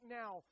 now